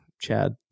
Chad